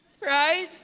right